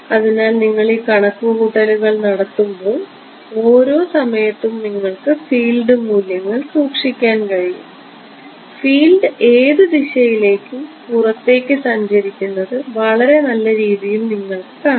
അതിനാൽ നിങ്ങൾ ഈ കണക്കുകൂട്ടലുകൾ നടത്തുമ്പോൾ ഓരോ സമയത്തും നിങ്ങൾക്ക് ഫീൽഡ് മൂല്യങ്ങൾ സൂക്ഷിക്കാൻ കഴിയും ഫീൽഡ് ഏത് ദിശയിലേക്കും പുറത്തേക്ക് സഞ്ചരിക്കുന്നത് വളരെ നല്ല രീതിയിൽ നിങ്ങൾക്ക് കാണാം